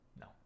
No